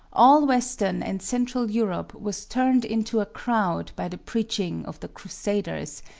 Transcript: all western and central europe was turned into a crowd by the preaching of the crusaders,